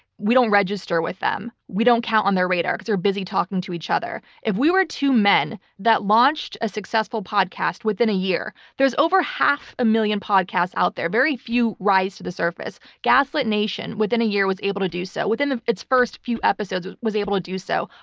we don't register with them. we don't count on their radar, because they're busy talking to each other. if we were two men that launched a successful podcast within a year, there's over half a million podcasts out there. very few rise to the surface. gaslit nation within a year was able to do so, within its first few episodes was able to do so.